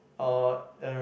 uh